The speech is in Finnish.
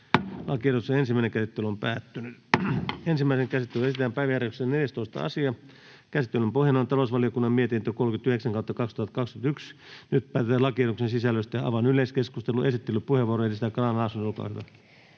muuttamisesta Time: N/A Content: Ensimmäiseen käsittelyyn esitellään päiväjärjestyksen 14. asia. Käsittelyn pohjana on talousvaliokunnan mietintö TaVM 39/2021 vp. Nyt päätetään lakiehdotuksen sisällöstä. — Avaan yleiskeskustelun. Esittelypuheenvuoro, edustaja Grahn-Laasonen, olkaa hyvä.